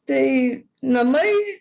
tai namai